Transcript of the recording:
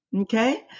okay